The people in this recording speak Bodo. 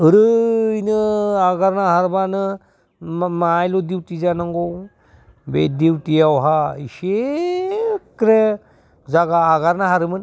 ओरैनो आगारनो हाबानो माहाइल' दिउथि जानांगौ बे दिउथियावहा इसिग्रो जागा आगारना होदोंमोन